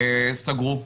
סגרו.